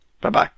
Bye-bye